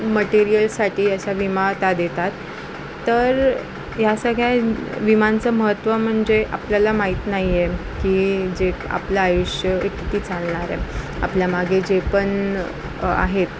मटेरियल्ससाठी असा विमा त्या देतात तर ह्या सगळ्या विमांचं महत्त्व म्हणजे आपल्याला माहीत नाही आहे की जे आपलं आयुष्य हे किती चालणारे आपल्या मागे जे पण आहेत